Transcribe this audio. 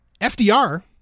FDR